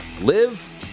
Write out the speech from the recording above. Live